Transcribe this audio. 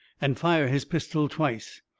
and fire his pistol twice.